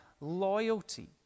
loyalty